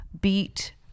beat